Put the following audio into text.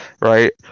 right